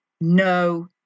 no